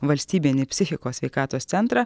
valstybinį psichikos sveikatos centrą